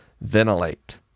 Ventilate